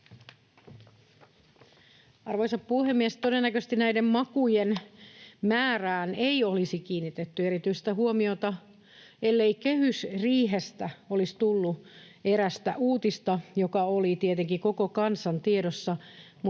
Arvoisa puhemies! Todennäköisesti näiden makujen määrään ei olisi kiinnitetty erityistä huomiota, ellei kehysriihestä olisi tullut erästä uutista, joka oli tietenkin koko kansan tiedossa.